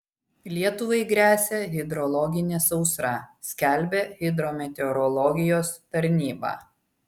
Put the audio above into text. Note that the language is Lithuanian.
lietuvai gresia hidrologinė sausra skelbia hidrometeorologijos tarnyba